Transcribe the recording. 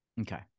Okay